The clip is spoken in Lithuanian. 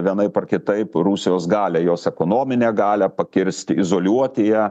vienaip ar kitaip rusijos galią jos ekonominę galią pakirst izoliuoti ją